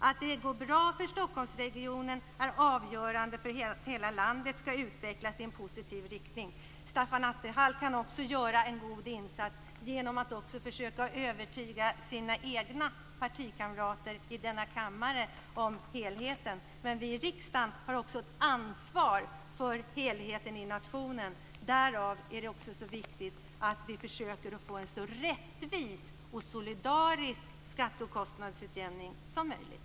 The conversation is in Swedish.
Att det går bra för Stockholmsregionen är avgörande för att hela landet skall utvecklas i positiv riktning. Stefan Attefall kan göra en god insats genom att försöka övertyga sina partikamrater här i kammaren om helheten. Vi i riksdagen har dock ett ansvar även för nationen som helhet. Därför är det viktigt att vi försöker få en så rättvis och solidarisk skattekostnadsutjämning som möjligt.